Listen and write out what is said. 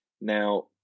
Now